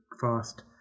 fast